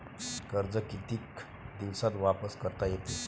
कर्ज कितीक दिवसात वापस करता येते?